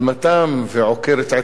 ועוקר את עציהם,